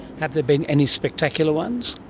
have there been any spectacular ones?